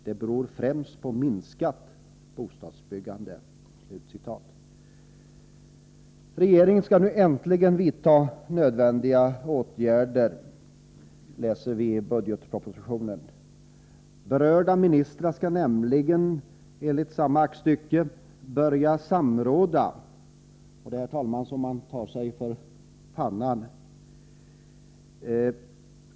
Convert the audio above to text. Det beror främst på minskat bostadsbyggande.” Regeringen skall nu äntligen vidta nödvändiga åtgärder — detta kan man läsa i budgetpropositionen. Berörda ministrar skall nämligen enligt samma aktstycke börja samråda. Det är, herr talman, så att man tar sig för pannan.